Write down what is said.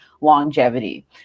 longevity